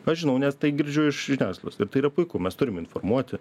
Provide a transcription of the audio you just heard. aš žinau nes tai girdžiu iš žiniasklaidos ir tai yra puiku mes turim informuoti